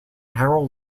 harrow